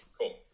Cool